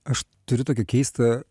aš turiu tokią keistą